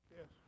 Yes